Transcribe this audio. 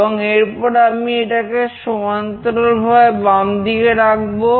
এবং এরপর আমি এটাকে সমান্তরালভাবে বামদিকে রাখবো